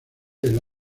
del